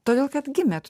todėl kad gimėt